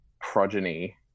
progeny